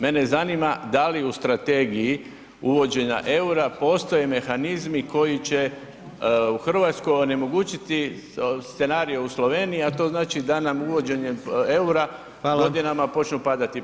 Mene zanima da li u strategiji uvođenja eura postoje mehanizmi koji će u Hrvatskoj onemogućiti scenarije u Sloveniji a to znači da nam uvođenjem eura godinama počnu padati plaće.